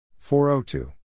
402